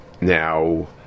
Now